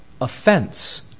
offense